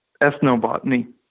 ethnobotany